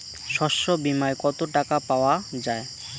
শস্য বিমায় কত টাকা পাওয়া যায়?